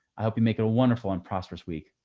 i hope you make it a wonderful and prosperous week!